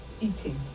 eating